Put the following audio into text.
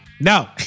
No